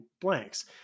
blanks